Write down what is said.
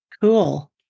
Cool